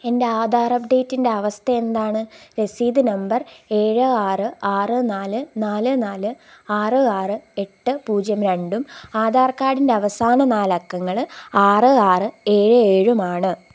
എൻ്റെ ആധാർ അപ്ഡേറ്റിൻ്റെ അവസ്ഥ എന്താണ് രസീത് നമ്പർ ഏഴ് ആറ് ആറ് നാല് നാല് നാല് ആറ് ആറ് എട്ട് പൂജ്യം രണ്ട് ആധാർ കാഡിൻ്റെ അവസാന നാലക്കങ്ങൾ ആറ് ആറ് ഏഴ് ഏഴുമാണ്